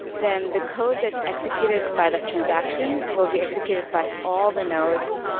then the code that's executed by that transaction will be executed by all the nodes,